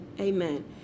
Amen